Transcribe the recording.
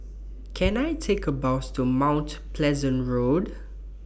Can I Take A Bus to Mount Pleasant Road